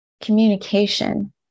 communication